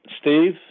Steve